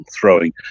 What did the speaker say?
throwing